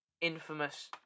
infamous